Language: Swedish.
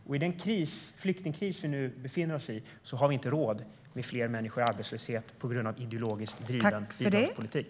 Med den flyktingkris vi nu befinner oss i har vi inte råd med fler människor i arbetslöshet på grund av en ideologiskt driven bidragspolitik.